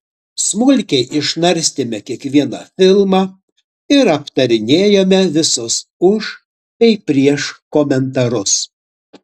smulkiai išnarstėme kiekvieną filmą ir aptarinėjome visus už bei prieš komentarus